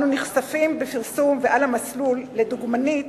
אנחנו נחשפים בפרסום ועל המסלול לדוגמנית